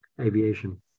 aviation